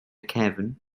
cefn